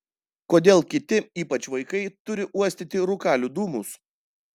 kodėl kiti ypač vaikai turi uostyti rūkalių dūmus